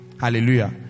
Hallelujah